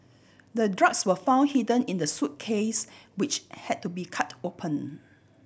the drugs were found hidden in the suitcase which had to be cut open